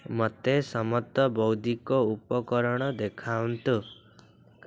ମୋତେ ସମସ୍ତ ବୌଦୁତିକ ଉପକରଣ ଦେଖାନ୍ତୁ